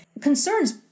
concerns